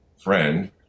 friend